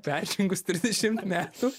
peržengus trisdešim metų